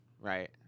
Right